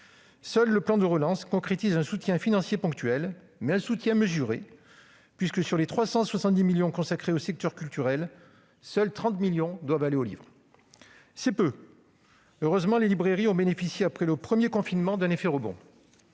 Seul le plan de relance concrétise un soutien financier ponctuel, mais un soutien mesuré : sur les 370 millions d'euros consacrés au secteur culturel, seuls 30 millions d'euros doivent aller au livre. C'est peu. Heureusement, les librairies ont bénéficié après le premier confinement d'un effet rebond.